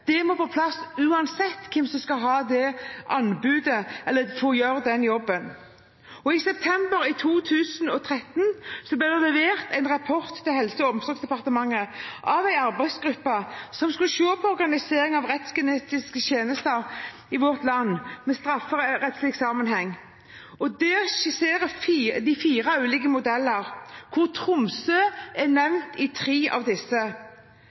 Det må på plass, uansett hvem som skal ha det anbudet eller få gjøre den jobben. I september i 2013 ble det levert en rapport til Helse- og omsorgsdepartementet av en arbeidsgruppe som skulle se på organisering av rettsgenetiske tjenester i vårt land, med strafferettslig sammenheng. Der skisserer de fire ulike modeller, hvor Tromsø er nevnt i tre av disse